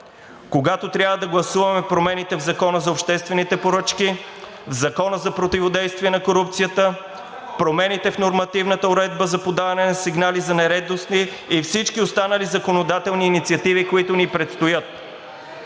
когато трябва да гласуваме промените в Закона за обществените поръчки, в Закона за противодействие на корупцията, промените в нормативната уредба за подаване на сигнали за нередности и всички останали законодателни инициативи, които ни предстоят.